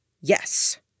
Yes